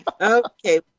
Okay